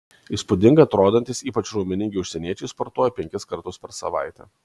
įspūdingai atrodantys ypač raumeningi užsieniečiai sportuoja penkis kartus per savaitę